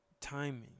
timing